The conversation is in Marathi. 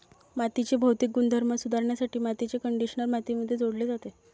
मातीचे भौतिक गुणधर्म सुधारण्यासाठी मातीचे कंडिशनर मातीमध्ये जोडले जाते